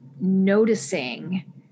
noticing